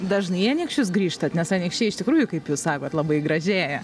dažnai į anykščius grįžtat nes anykščiai iš tikrųjų kaip jūs sakot labai gražėja